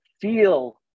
feel